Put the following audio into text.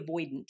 avoidant